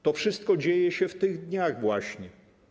To wszytko dzieje się w tych dniach właśnie.